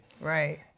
Right